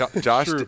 Josh